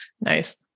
Nice